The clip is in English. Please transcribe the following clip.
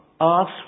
ask